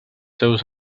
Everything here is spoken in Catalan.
seus